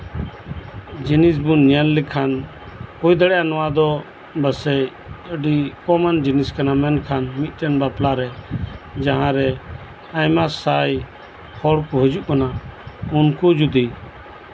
ᱡᱤᱱᱤᱥ ᱵᱚᱱ ᱧᱮᱞ ᱞᱮᱠᱷᱟᱱ ᱦᱩᱭ ᱫᱟᱲᱮᱭᱟᱜᱼᱟ ᱱᱚᱶᱟ ᱫᱚ ᱯᱟᱥᱮᱡ ᱟᱹᱰᱤ ᱠᱚᱢᱟᱱ ᱡᱤᱱᱤᱥ ᱠᱟᱱᱟ ᱢᱮᱱᱠᱷᱟᱱ ᱢᱤᱫᱴᱟᱱ ᱵᱟᱯᱞᱟᱨᱮ ᱡᱟᱦᱟᱸᱨᱮ ᱟᱭᱢᱟ ᱥᱟᱭ ᱦᱚᱲ ᱠᱚ ᱦᱤᱡᱩᱜ ᱠᱟᱱᱟ ᱩᱱᱠᱩ ᱡᱩᱫᱤ